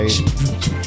Right